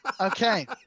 Okay